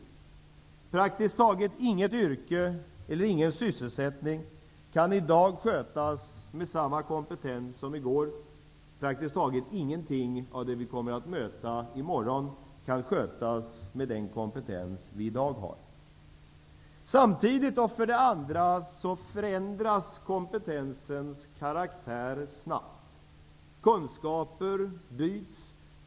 Det finns praktiskt taget inte något yrke eller någon sysselsättning som i dag kan skötas med samma kompetens som i går. Det är praktiskt taget inte något av det vi kommer att möta i morgon som kommer att kunna skötas med den kompetens som vi har i dag. För det andra förändras samtidigt kompetensens karaktär snabbt. Kunskaper byts.